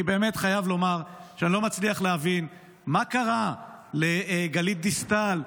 אני באמת חייב לומר שאני לא מצליח להבין מה קרה לגלית דיסטל,